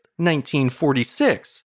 1946